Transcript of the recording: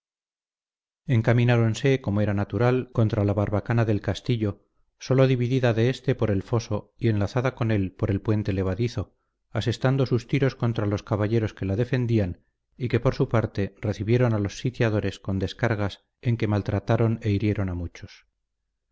encamináronse como era natural contra la barbacana del castillo sólo dividida de éste por el foso y enlazada con él por el puente levadizo asestando sus tiros contra los caballeros que la defendían y que por su parte recibieron a los sitiadores con descargas en que maltrataron e hirieron a muchos